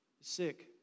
sick